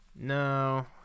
no